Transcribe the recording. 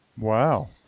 Wow